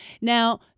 Now